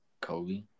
Kobe